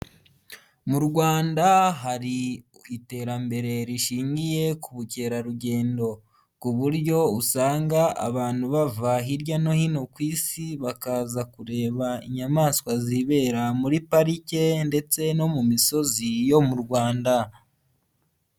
Mu Rwanda hari iterambere rishingiye ku bukerarugendo ku buryo usanga abantu bava hirya no hino ku Isi, bakaza kureba inyamaswa zibera muri parike ndetse no mu misozi yo mu Rwanda.